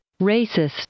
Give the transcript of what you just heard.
racist